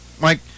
Mike